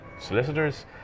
solicitors